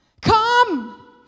Come